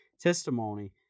testimony